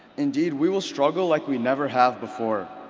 indeed we will struggle like we never have before,